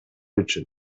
үчүн